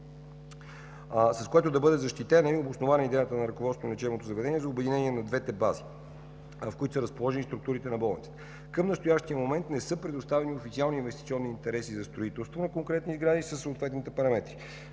с което да бъде защитена и обоснована идеята на ръководството на лечебното заведение за обединение на двете бази, в които са разположени структурата на болницата. Към настоящия момент не са предоставени официални инвестиционни интереси за строителството на конкретни сгради със съответните параметри.